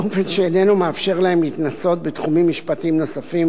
באופן שאיננו מאפשר להם להתנסות בתחומים משפטיים נוספים,